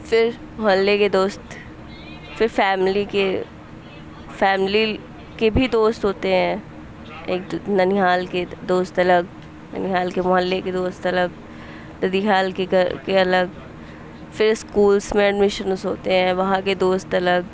پھر محلے کے دوست پھر فیملی کے فیملی کے بھی دوست ہوتے ہیں ایک ننیہال کے دوست الگ ننیہال کے محلے کے دوست الگ ددیہال کے گھر کے الگ پھر اسکولس میں ایڈمیشنس ہوتے ہیں وہاں کے دوست الگ